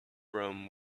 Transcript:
rome